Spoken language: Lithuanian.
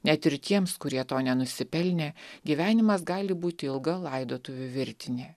net ir tiems kurie to nenusipelnė gyvenimas gali būti ilga laidotuvių virtinė